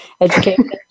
Education